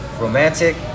romantic